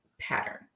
pattern